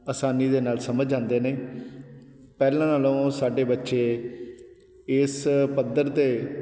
ਆਸਾਨੀ ਦੇ ਨਾਲ ਸਮਝ ਜਾਂਦੇ ਨੇ ਪਹਿਲਾਂ ਨਾਲੋਂ ਸਾਡੇ ਬੱਚੇ ਇਸ ਪੱਧਰ 'ਤੇ